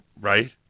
right